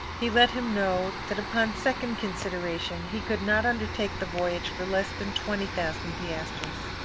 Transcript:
he let him know that upon second consideration, he could not undertake the voyage for less than twenty thousand piastres.